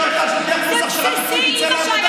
אחד שעובר קורס הכשרה מקצועית יצא לעבודה.